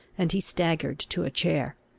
and he staggered to a chair.